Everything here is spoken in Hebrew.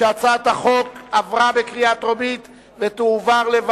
בעד הצעת חוק חובת גילוי לגבי מי שנתמך על-ידי ישות מדינית זרה,